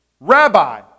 Rabbi